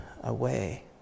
away